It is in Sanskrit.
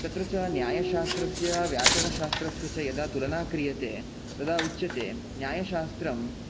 तत्र च न्यायशास्त्रस्य व्याकरणशास्त्रस्य च यदा तुलना क्रियते तदा उच्यते न्यायशास्त्रं